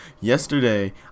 Yesterday